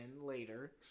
later